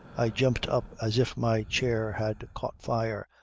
i jumped up as if my chair had caught fire.